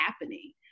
happening